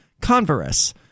Converse